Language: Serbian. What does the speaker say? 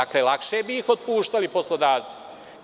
Dakle, lakše bi otpuštali poslodavci.